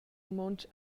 romontsch